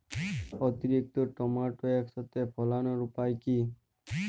অতিরিক্ত টমেটো একসাথে ফলানোর উপায় কী?